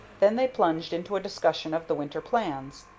then they plunged into a discussion of the winter's plans.